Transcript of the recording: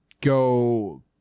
go